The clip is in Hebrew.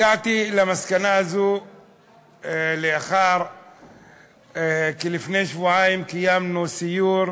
הגעתי למסקנה הזו לאחר שלפני שבועיים קיימנו סיור,